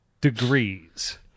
degrees